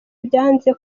byanze